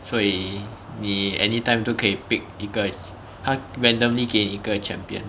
所以你 anytime 都可以 pick 一个它 randomly 给你一个 champion